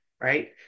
right